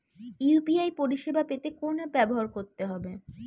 UPI পরিসেবা পেতে কোন অ্যাপ ব্যবহার করতে হবে?